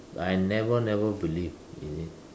but I never never believe in it